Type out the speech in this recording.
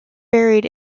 buried